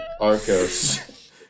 Arcos